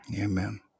Amen